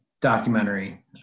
documentary